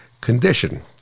condition